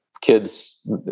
Kids